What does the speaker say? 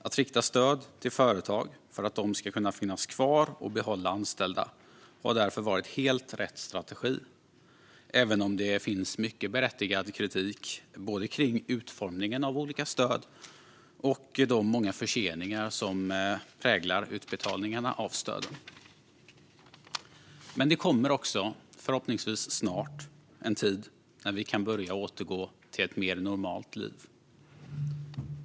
Att rikta stöd till företag för att de ska kunna finnas kvar och behålla anställda har därför varit helt rätt strategi, även om det finns mycket berättigad kritik både mot utformningen av olika stöd och mot de många förseningar som präglar utbetalningarna av stöden. Men det kommer också, förhoppningsvis snart, en tid när vi kan börja återgå till ett mer normalt liv.